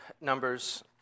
Numbers